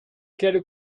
quelle